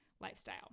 lifestyle